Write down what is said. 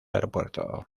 aeropuerto